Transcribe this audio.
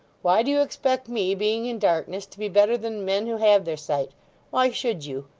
why do you expect me, being in darkness, to be better than men who have their sight why should you?